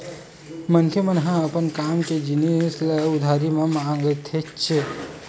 मनखे मन ह अपन काम के जिनिस ल उधारी म मांगथेच्चे